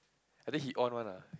I think he on one lah